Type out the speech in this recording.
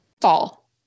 Fall